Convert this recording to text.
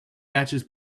batches